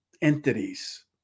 entities